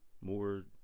more